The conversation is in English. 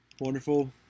wonderful